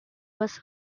was